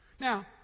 Now